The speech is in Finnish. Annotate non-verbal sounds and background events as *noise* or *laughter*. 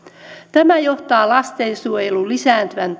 tämä johtaa lastensuojelun lisääntyvään *unintelligible*